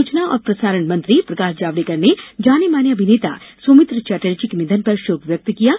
सूचना और प्रसारण मंत्री प्रकाश जावडेकर ने जाने माने अभिनेता सौमित्र चटर्जी के निधन पर शोक व्यक्त किया है